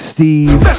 Steve